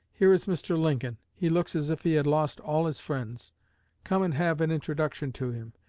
here is mr. lincoln he looks as if he had lost all his friends come and have an introduction to him,